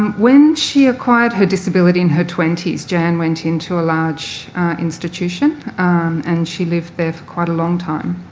when she acquired her disability in her twenty s, jan went into a large institution and she lived there for quite a long time.